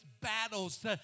battles